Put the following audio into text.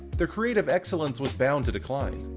the creative excellence was bound to decline.